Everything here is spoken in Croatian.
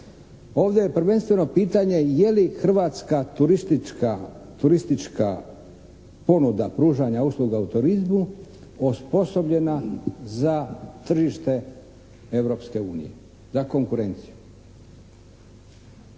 Ovdje je prvenstveno pitanje je li Hrvatska turistička ponuda pružanja usluga u turizmu osposobljena za tržište Europske unije, za konkurenciju.